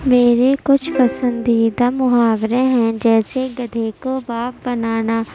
میرے کچھ پسندیدہ محاورے ہیں جیسے گدھے کو باپ بنانا